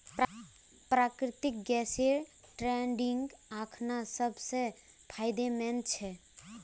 प्राकृतिक गैसेर ट्रेडिंग अखना सब स फायदेमंद छ